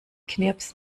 knirps